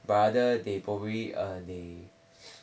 rather they probably uh they